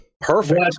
Perfect